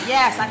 Yes